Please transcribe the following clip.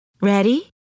Ready